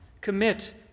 commit